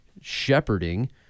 shepherding